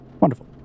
Wonderful